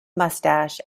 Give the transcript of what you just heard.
moustache